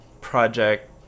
project